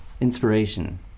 inspiration